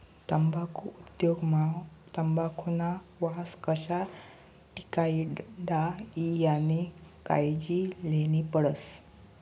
तम्बाखु उद्योग मा तंबाखुना वास कशा टिकाडता ई यानी कायजी लेन्ही पडस